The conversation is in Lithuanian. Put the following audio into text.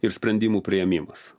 ir sprendimų priėmimas